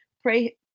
Pray